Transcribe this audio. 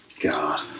God